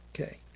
Okay